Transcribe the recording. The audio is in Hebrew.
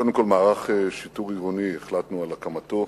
קודם כול, מערך שיטור עירוני, החלטנו על הקמתו.